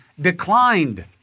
declined